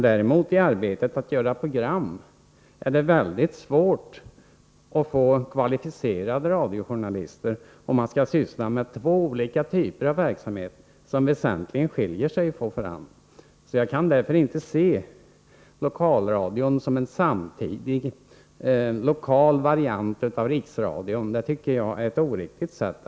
Däremot är det svårt att i programarbetet få kvalificerade journalister som kan ägna sig åt två olika typer av verksamhet som väsentligen skiljer sig från varandra. Jag kan därför inte se Lokalradion som en lokal variant av Riksradion. Jag tycker att det är ett oriktigt synsätt.